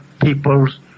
people's